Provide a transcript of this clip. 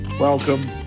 Welcome